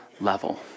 level